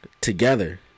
Together